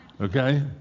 okay